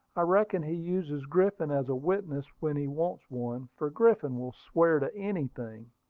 i reckon he uses griffin as a witness when he wants one, for griffin will swear to anything.